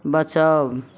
बचाउ